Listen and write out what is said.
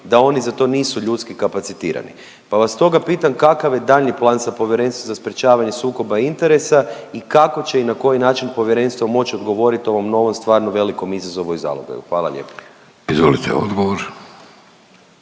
da oni za to nisu ljudski kapacitirani, pa vas stoga pitam kakav je daljnji plan sa Povjerenstvom za sprječavanje sukoba interesa i kako će i na koji način Povjerenstvo moći odgovorit ovom novom stvarno velikom izazovu i zalogaju? Hvala lijepo. **Vidović,